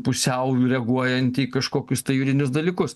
pusiau reaguojanti į kažkokius tai juridinius dalykus